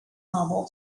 novel